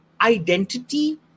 identity